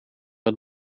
het